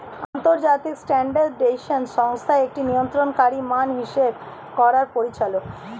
আন্তর্জাতিক স্ট্যান্ডার্ডাইজেশন সংস্থা একটি নিয়ন্ত্রণকারী মান হিসেব করার পরিচালক